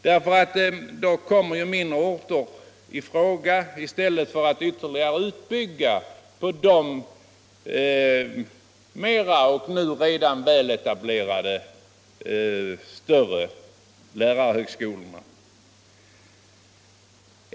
Mindre orter kan då komma i fråga i stället för att man ytterligare skulle bygga ut de nu redan väletablerade större lärarhögskolorna.